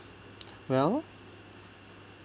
well